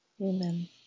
Amen